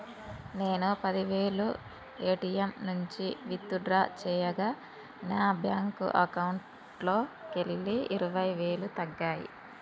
నేను పది వేలు ఏ.టీ.యం నుంచి విత్ డ్రా చేయగా నా బ్యేంకు అకౌంట్లోకెళ్ళి ఇరవై వేలు తగ్గాయి